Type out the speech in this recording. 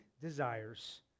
desires